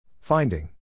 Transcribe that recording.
Finding